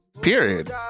Period